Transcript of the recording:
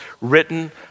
written